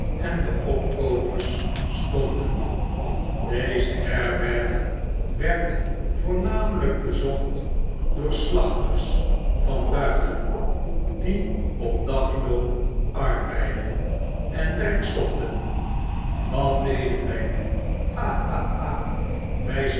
en de opkoopers stonden deze herberg werd voornamelyk bezocht door slachters van buiten die op dagloon arbeidden en werk zochten wat deden wy nu